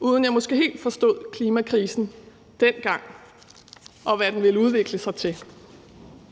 uden at jeg måske helt forstod klimakrisen dengang, og hvad den ville udvikle sig til.